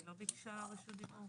היא לא ביקשה רשות דיבור.